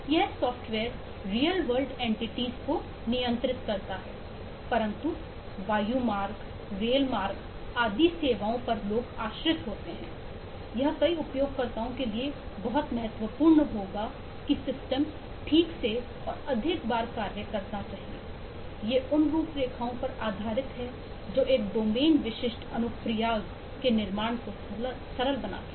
यह software real world entities को नियंत्रित कर सकता है परंतु वायु मार्ग रेलवे मार्ग आदि सेवाओं पर लो आश्रित होते हैं यह कई उपयोगकर्ताओं के लिए महत्वपूर्ण होगा कि सिस्टम ठीक से और अधिक बार कार्य करता है ये उन रूपरेखाओं पर आधारित हैं जो एक डोमेन विशिष्ट अनुप्रयोग के निर्माण को सरल बनाती हैं